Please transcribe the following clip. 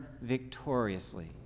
victoriously